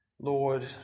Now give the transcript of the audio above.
Lord